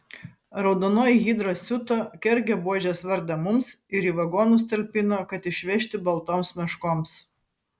raudonoji hidra siuto kergė buožės vardą mums ir į vagonus talpino kad išvežti baltoms meškoms